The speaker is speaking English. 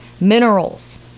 minerals